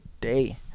day